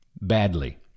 badly